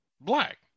black